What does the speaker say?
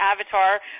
avatar